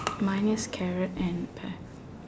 mine is carrot and pear